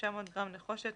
900 גרם נחושת,